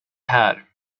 här